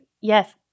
Yes